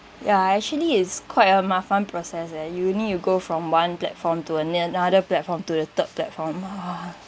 ya actually is quite a mafan process eh you need to go from one platform to ano~ another platform to the third platform ugh